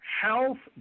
health